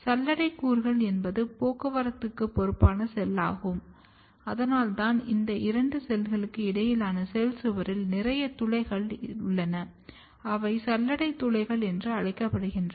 சல்லடை கூறு என்பது போக்குவரத்துக்கு பொறுப்பான செல்லாகும் அதனால்தான் இந்த இரண்டு செல்களுக்கு இடையிலான செல் சுவரில் நிறைய துளைகள் உள்ளன அவை சல்லடை துளைகள் என்று அழைக்கப்படுகின்றன